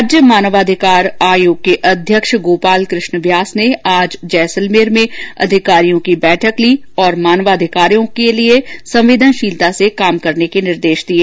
राज्य मानवाधिकार आयोग के अध्यक्ष गोपाल कृष्ण व्यास ने आज जैसलमेर में अधिकारियों की बैठक ली और मानवाधिकारों के लिए संवेदनशीलता से कार्य करने के निर्देश दिये